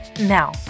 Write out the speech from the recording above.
Now